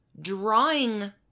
drawing